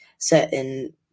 certain